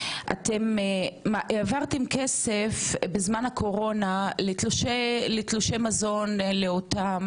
אתם העברתם כסף בזמן הקורונה לתלושי מזון לאותה